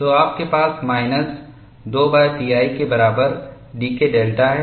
तो आपके पास माइनस 2pi के बराबर dK डेल्टा है